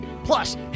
Plus